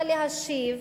השר,